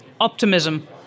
Optimism